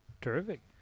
Terrific